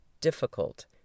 difficult